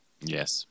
Yes